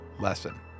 lesson